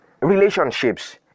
relationships